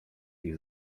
ich